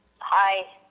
hi.